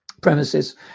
premises